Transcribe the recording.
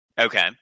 okay